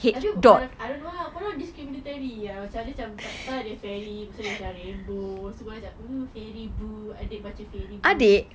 tapi I don't I don't know lah kau orang discriminatory lah macam dia macam entah-entah ada ferry lepas itu rainbows semua macam oh boo adik baca fairy boo